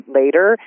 later